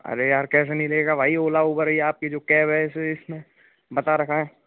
अरे यार कैसे नहीं देगा भई ओला उबर यह आपकी जो कैब है इसमे बता रखा है